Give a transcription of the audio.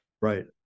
Right